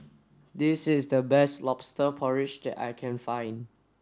this is the best lobster porridge that I can find